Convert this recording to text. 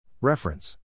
Reference